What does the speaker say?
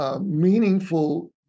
meaningful